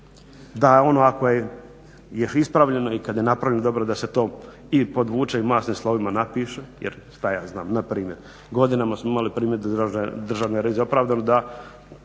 da ono ako je još ispravljeno i kad je napravljeno dobro da se to i podvuče i masnim slovima napiše. Jer što ja znam npr. godinama smo imali primjedbe Državne revizije opravdane da